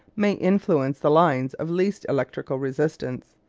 may influence the lines of least electrical resistance,